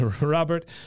Robert